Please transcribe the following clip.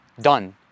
done